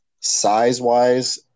size-wise